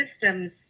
system's